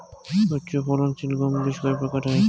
উচ্চ ফলন সিল গম বীজ কয় প্রকার হয়?